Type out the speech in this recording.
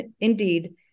indeed